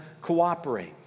cooperate